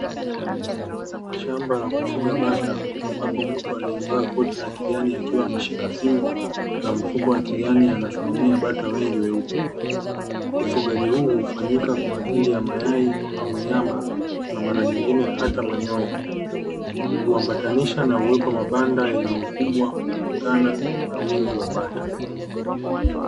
Shamba la kufuga bata ambapo mtu aliyevaa koti la kijani akiwa ameshika fimbo na mfuko wa kijani anasimamia bata wengi weupe. Ufugaji huu hufanyika kwa ajili ya mayai au nyama, na mara nyingine hata manyoya. Kuambatanisha na uwepo wa mabanda yenye ukubwa, kulingana na wingi wa bata.